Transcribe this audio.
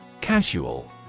Casual